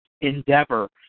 endeavor